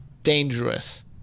Dangerous